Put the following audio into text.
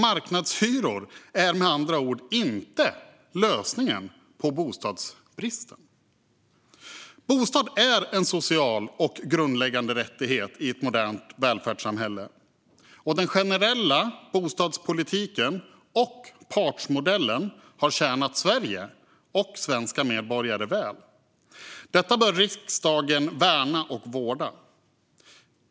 Marknadshyror är med andra ord inte lösningen på bostadsbristen. Bostad är en social och grundläggande rättighet i ett modernt välfärdssamhälle, och den generella bostadspolitiken och partsmodellen har tjänat Sverige och svenska medborgare väl. Detta bör riksdagen värna och vårda.